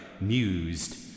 mused